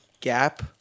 gap